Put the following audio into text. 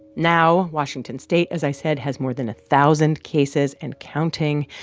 now washington state, as i said, has more than a thousand cases and counting.